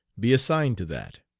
be assigned to that.